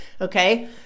Okay